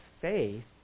faith